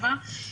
0.7,